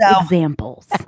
examples